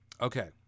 Okay